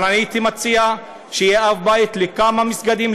אבל הייתי מציע שיהיה אב בית לכמה מסגדים,